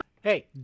Hey